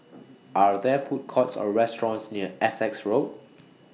Are There Food Courts Or restaurants near Essex Road